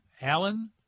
Alan